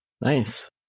Nice